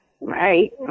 right